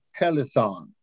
telethon